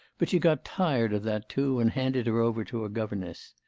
but she got tired of that too, and handed her over to a governess.